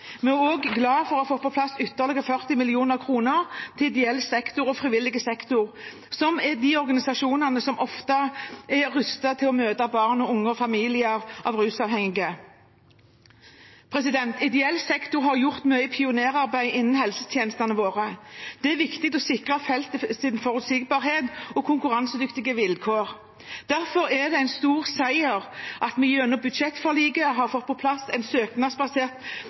for å ha fått på plass ytterligere 40 mill. kr til ideell og frivillig sektor, der de organisasjonene som ofte er rustet til å møte barn og unge og familier av rusavhengige, er. Ideell sektor har gjort mye pionerarbeid innen helsetjenestene våre. Det er viktig å sikre feltet forutsigbarhet og konkurransedyktige vilkår. Derfor er det en stor seier at vi gjennom budsjettforliket har fått på plass en søknadsbasert